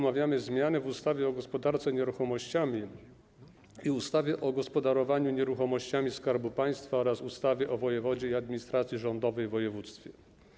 Omawiamy zmiany w ustawie o gospodarce nieruchomościami i ustawie o gospodarowaniu nieruchomościami Skarbu Państwa oraz ustawie o wojewodzie i administracji rządowej w województwie.